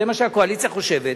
זה מה שהקואליציה חושבת,